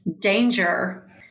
danger